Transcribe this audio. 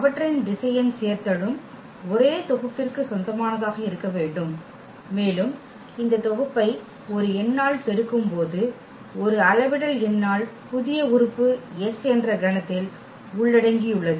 அவற்றின் திசையன் சேர்த்தலும் ஒரே தொகுப்பிற்கு சொந்தமானதாக இருக்க வேண்டும் மேலும் இந்த தொகுப்பை ஒரு எண்ணால் பெருக்கும்போது ஒரு அளவிடல் எண்ணால் புதிய உறுப்பு S என்ற கணத்தில் உள்ளடங்கியுள்ளது